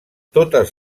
totes